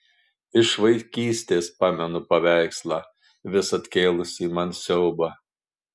iš vaikystės pamenu paveikslą visad kėlusį man siaubą